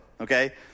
okay